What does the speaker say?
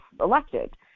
elected